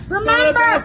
Remember